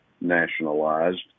nationalized